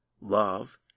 love